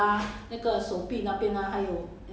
十一个地方 ge di fang